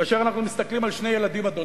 כאשר אנחנו מסתכלים על שני ילדים, אדוני,